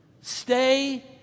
stay